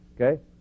okay